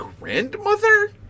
grandmother